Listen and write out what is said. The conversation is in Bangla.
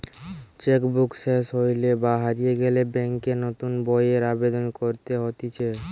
চেক বুক সেস হইলে বা হারিয়ে গেলে ব্যাংকে নতুন বইয়ের আবেদন করতে হতিছে